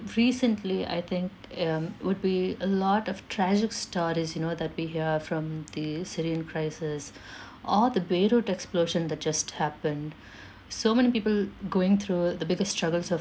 recently I think um would be a lot of tragic stories you know that we hear from the syrian crisis or the beirut explosion that just happened so many people going through the biggest struggles of